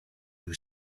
you